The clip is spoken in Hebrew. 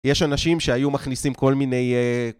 יש אנשים שהיו מכניסים כל מיני אהה...